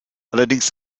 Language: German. allerdings